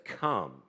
Come